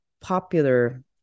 popular